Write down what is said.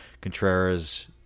contreras